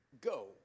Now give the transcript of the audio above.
go